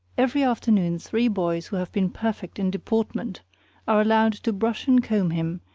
every afternoon three boys who have been perfect in deportment are allowed to brush and comb him,